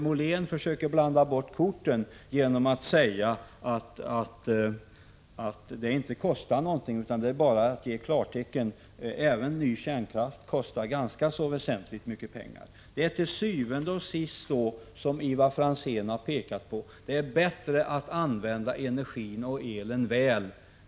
Molén försöker blanda bort korten genom att säga att detta inte kostar någonting, utan det är bara att ge klartecken. Men även ny kärnkraft kostar ganska väsentliga summor pengar. Til syvende og sidst är det, som Ivar Franzén påpekat, bättre att använda energin, att använda elen, väl.